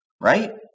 Right